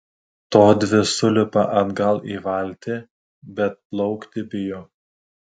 todvi sulipa atgal į valtį bet plaukti bijo